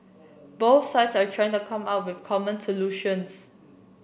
both sides are trying to come up with common solutions